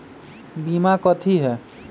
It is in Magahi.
बीमा कथी है?